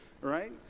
Right